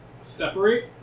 separate